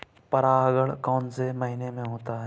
परागण कौन से महीने में होता है?